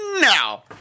now